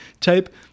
type